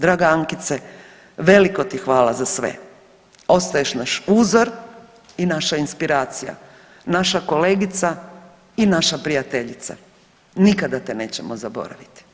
Draga Ankice velika ti hvala za sve, ostaješ naš uzor i naša inspiracija, naša kolegica i naša prijateljica, nikada te nećemo zaboraviti.